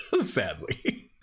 Sadly